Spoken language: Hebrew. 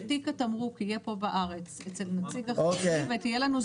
שתיק התמרוק יהיה פה בארץ אצל נציג אחראי ותהיה לנו זמינות מיידית.